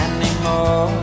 Anymore